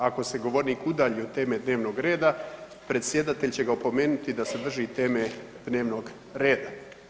Ako se govornik udalji od teme dnevnog reda, predsjedatelj će ga opomenuti da se drži teme dnevnog reda.